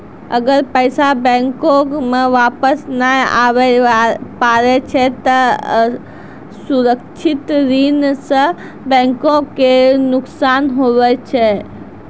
अगर पैसा बैंको मे वापस नै आबे पारै छै ते असुरक्षित ऋण सं बैंको के नुकसान हुवै छै